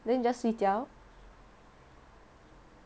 then you just 睡觉